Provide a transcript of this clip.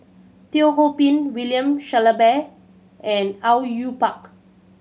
Teo Ho Pin William Shellabear and Au Yue Pak